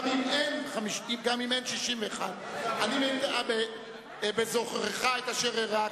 גם אם אין 61. בזוכרך את אשר אירע,